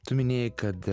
tu minėjai kad